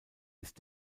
ist